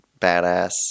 badass